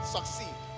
Succeed